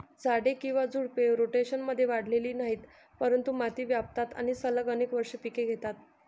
झाडे किंवा झुडपे, रोटेशनमध्ये वाढलेली नाहीत, परंतु माती व्यापतात आणि सलग अनेक वर्षे पिके घेतात